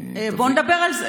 בואו נדבר על זה.